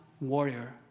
warrior